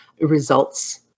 results